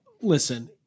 listen –